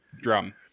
drum